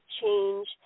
change